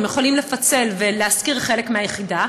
הם יכולים לפצל ולהשכיר חלק מהיחידה,